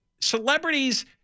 celebrities